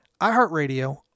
iHeartRadio